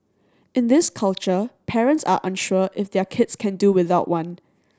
in this culture parents are unsure if their kids can do without one